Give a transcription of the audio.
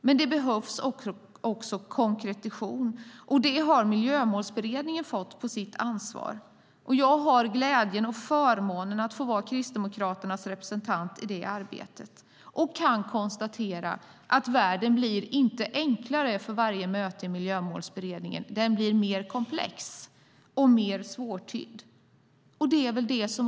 Men det behövs också en konkretion. Det ansvaret har Miljömålsberedningen. Jag har både glädjen och förmånen att få vara Kristdemokraternas representant i det arbetet och kan konstatera att världen inte blir enklare för varje möte i Miljömålsberedningen. Den blir i stället mer komplex och mer svårtydd.